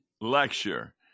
lecture